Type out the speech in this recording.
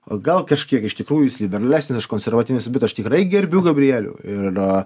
o gal kažkiek iš tikrųjų jis liberalesnis aš konservatyvesnis bet aš tikrai gerbiu gabrielių ir